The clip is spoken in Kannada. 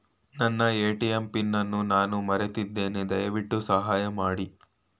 ನನ್ನ ಎ.ಟಿ.ಎಂ ಪಿನ್ ಅನ್ನು ನಾನು ಮರೆತಿದ್ದೇನೆ, ದಯವಿಟ್ಟು ಸಹಾಯ ಮಾಡಿ